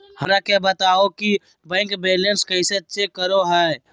हमरा के बताओ कि बैंक बैलेंस कैसे चेक करो है?